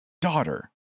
daughter